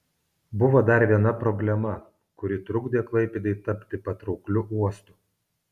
buvo dar viena problema kuri trukdė klaipėdai tapti patraukliu uostu